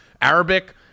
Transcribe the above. Arabic